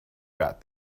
got